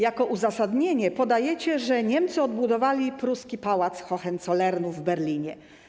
Jako uzasadnienie podajecie, że Niemcy odbudowali pruski pałac Hohenzollernów w Berlinie.